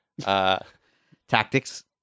tactics